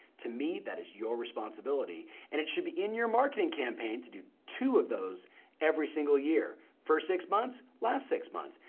to me, that is your responsibility, and it should be in your marketing campaign to do two of those every single year. first six months, last six months.